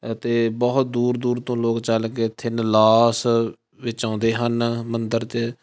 ਅਤੇ ਬਹੁਤ ਦੂਰ ਦੂਰ ਤੋਂ ਲੋਕ ਚੱਲ ਕੇ ਇੱਥੇ ਨਲਾਸ ਵਿੱਚ ਆਉਂਦੇ ਹਨ ਮੰਦਰ 'ਚ